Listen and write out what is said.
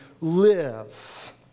live